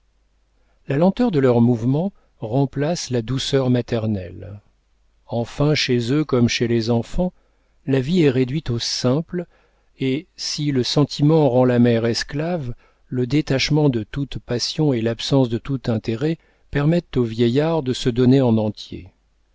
la lenteur de leurs mouvements remplace la douceur maternelle enfin chez eux comme chez les enfants la vie est réduite au simple et si le sentiment rend la mère esclave le détachement de toute passion et l'absence de tout intérêt permettent au vieillard de se donner en entier